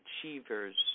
Achievers